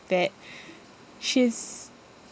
that she's